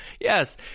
Yes